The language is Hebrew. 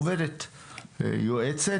את יועצת,